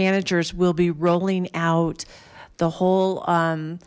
managers will be rolling out the whole on